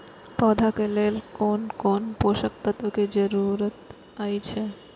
पौधा के लेल कोन कोन पोषक तत्व के जरूरत अइछ?